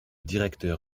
directeur